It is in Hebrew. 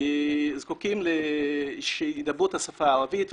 וזקוקים לכך שידברו בהם בשפה הערבית והעברית.